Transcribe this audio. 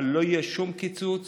אבל לא יהיה שום קיצוץ